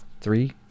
three